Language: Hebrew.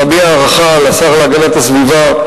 להביע הערכה לשר להגנת הסביבה,